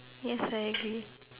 yes I agree